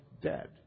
dead